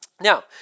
Now